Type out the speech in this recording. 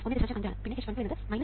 5 ആണ് പിന്നെ h12 എന്നത് 1